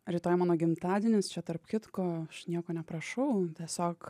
rytoj mano gimtadienis čia tarp kitko aš nieko neprašau tiesiog